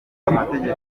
amategeko